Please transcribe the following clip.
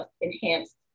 enhanced